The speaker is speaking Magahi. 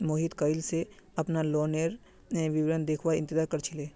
मोहित कइल स अपनार लोनेर विवरण देखवार इंतजार कर छिले